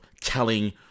telling